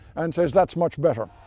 and says that's much better!